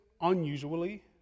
unusually